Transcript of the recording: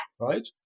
right